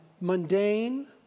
mundane